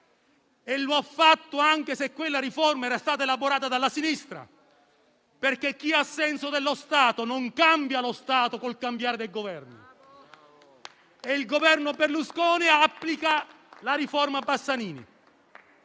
e lo ha fatto anche se quella riforma era stata elaborata dalla sinistra. Chi ha senso dello Stato, infatti, non cambia lo Stato con il cambiare del Governo. Il Governo Berlusconi applica la riforma Bassanini.